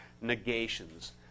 negations